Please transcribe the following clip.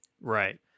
Right